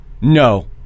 no